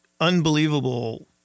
unbelievable